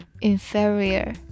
inferior